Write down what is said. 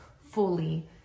fully